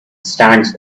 stands